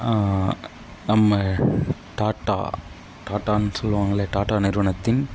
நம்ம டாட்டா டாட்டான்னு சொல்லுவாங்கள்ல டாட்டா நிறுவனத்தின்